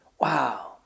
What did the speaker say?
wow